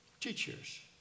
teachers